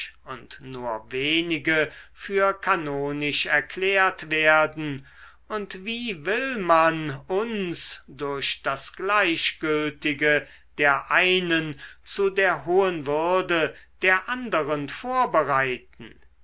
nur wenige für kanonisch erklärt werden und wie will man uns durch das gleichgültige der einen zu der hohen würde der anderen vorbereiten